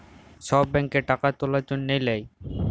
ছব ব্যাংকে টাকা তুলার জ্যনহে লেই